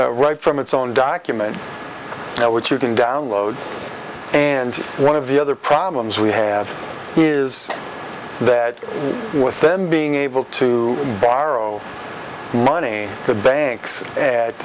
right from its own document now which you can download and one of the other problems we have is that with them being able to borrow money the banks